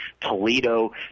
Toledo